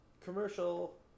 Commercial